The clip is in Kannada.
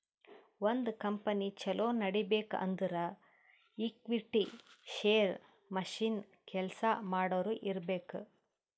ಒಂದ್ ಕಂಪನಿ ಛಲೋ ನಡಿಬೇಕ್ ಅಂದುರ್ ಈಕ್ವಿಟಿ, ಶೇರ್, ಮಷಿನ್, ಕೆಲ್ಸಾ ಮಾಡೋರು ಇರ್ಬೇಕ್